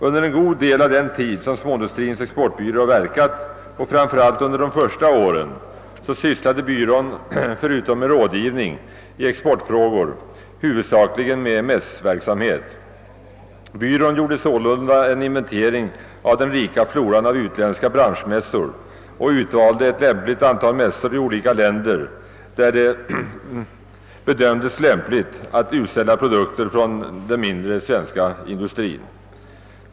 Under en god del av den tid som Småindustrins exportbyrå verkat, framför allt under de första åren, har byrån förutom med rådgivning i exportfrågor huvudsakligen sysslat med mässverksamhet. Byrån gjorde sålunda en inventering av den rika floran av utländska branschmässor och utvalde ett lämpligt antal mässor i olika länder, där det bedömdes lämpligt att utställa produkter från den mindre svenska industrin.